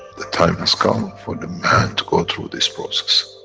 the time has come for the man to go through this process.